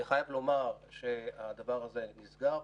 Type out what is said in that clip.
אני חייב לומר שהדבר הזה נסגר,